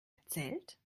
erzählt